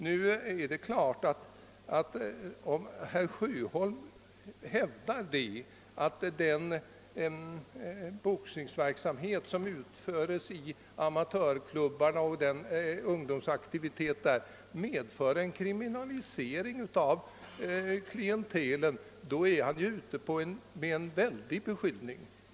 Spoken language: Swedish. Om emellertid herr Sjöholm hävdar att den boxningsverksamhet och ungdomsaktivitet som förekommer i amatörklubbarna medför en kriminalisering av klientelet, innebär detta en mycket kraftig beskyllning.